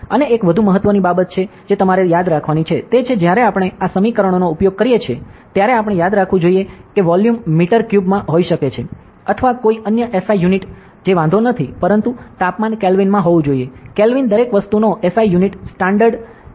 અને એક વધુ મહત્વની બાબત જે તમારે યાદ રાખવાની છે તે છે જ્યારે આપણે આ સમીકરણોનો ઉપયોગ કરીએ છીએ ત્યારે આપણે યાદ રાખવું જોઈએ કે વોલ્યુમ મીટર ક્યુબમાં હોઈ શકે છે અથવા કોઈ અન્ય એસઆઈ યુનિટ વાંધો નથી પરંતુ તાપમાન કેલ્વિનમાં હોવું જોઈએ કેલ્વિન દરેક વસ્તુનો એસઆઈ યુનિટ સ્ટાન્ડર્ડ એકમમાં હોવો જોઈએ